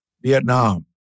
Vietnam